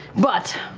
but,